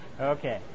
Okay